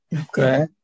Okay